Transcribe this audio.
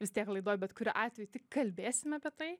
vis tiek laidoj bet kuriuo atveju tik kalbėsim apie tai